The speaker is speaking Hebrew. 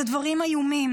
אלה דברים איומים,